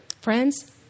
Friends